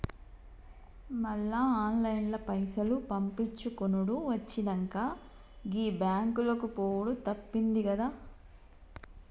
మళ్ల ఆన్లైన్ల పైసలు పంపిచ్చుకునుడు వచ్చినంక, గీ బాంకులకు పోవుడు తప్పిందిగదా